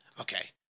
okay